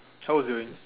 how was you in~